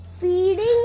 feeding